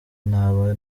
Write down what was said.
naba